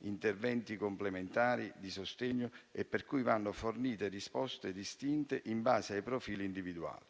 interventi complementari di sostegno e per cui vanno fornite risposte distinte in base ai profili individuali.